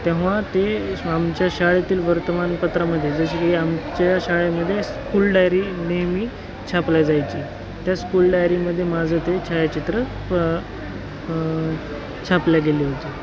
तेव्हा ते आमच्या शाळेतील वर्तमानपत्रामध्ये जसे की आमच्या शाळेमध्ये स्कूल डायरी नेहमी छापल्या जायची त्या स्कूल डायरीमध्ये माझं ते छायाचित्र छापले गेले होते